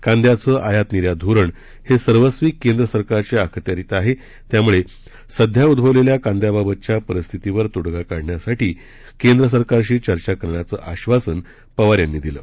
कांद्याचं आयात निर्यात धोरण हे सर्वस्वी केंद्र सरकारच्या अखत्यारीत आहे त्यामुळे सध्या उझवलेल्या कांद्याबाबतच्या परिस्थितीवर तोडगा काढण्यासाठी केंद्र सरकारशी चर्चा करण्याचं आश्वासन पवार यांनी दिलं